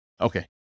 Okay